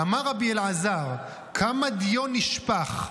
אמר רבי אלעזר כמה דיו נשפך,